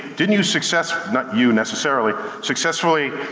didn't you successfully, not you necessarily, successfully